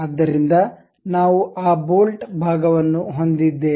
ಆದ್ದರಿಂದ ನಾವು ಆ ಬೋಲ್ಟ್ ಭಾಗವನ್ನು ಹೊಂದಿದ್ದೇವೆ